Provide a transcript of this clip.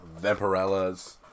Vampirellas